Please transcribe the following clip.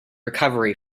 recovery